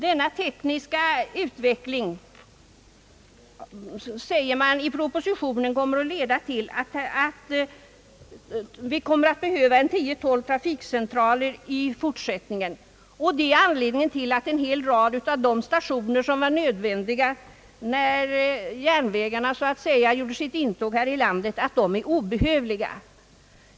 Denna tekniska utveckling, säger man i propositionen, kan väntas leda till att vi kommer att behöva tio eller tolv trafikcentraler i fortsättningen. Det är anledningen till att en hel rad av de stationer, som var nödvändiga när järnvägarna gjorde sitt intåg här i landet, nu blir obehövliga.